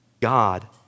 God